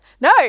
No